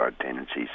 tendencies